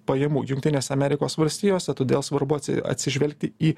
pajamų jungtinėse amerikos valstijose todėl svarbu atsižvelgti į